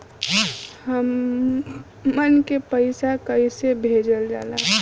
हमन के पईसा कइसे भेजल जाला?